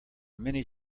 many